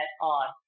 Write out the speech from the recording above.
on